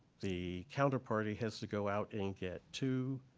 the counterparty has to go out and get two